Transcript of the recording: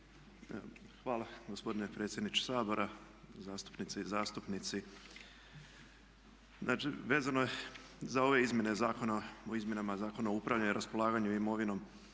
Hvala gospodine predsjedniče Sabor, zastupnice i zastupnici. Znači vezano je za ove izmjene Zakona o izmjenama Zakona o upravljanju i raspolaganju imovinom.